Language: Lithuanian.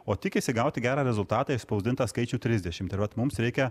o tikisi gauti gerą rezultatą išspausdintą skaičių trisdešimt ir vat mums reikia